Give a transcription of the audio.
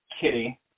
kitty